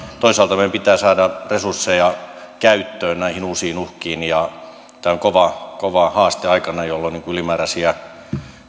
toisaalta meidän pitää saada resursseja käyttöön näihin uusiin uhkiin ja tämä on kova haaste aikana jolloin ylimääräisiä